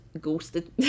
Ghosted